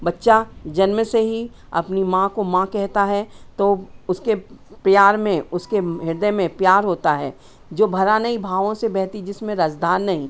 बच्चा जन्म से ही अपनी माँ को माँ कहता है तो उसके प्यार में उसके हृदय में प्यार होता है जो भरा नहीं भावों से बहती जिसमें रजधार नहीं